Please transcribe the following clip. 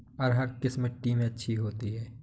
अरहर किस मिट्टी में अच्छी होती है?